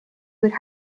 would